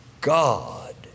God